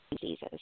diseases